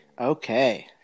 Okay